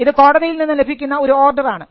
ഇത് കോടതിയിൽ നിന്നും ലഭിക്കുന്ന ഒരു ഓർഡർ ആണ്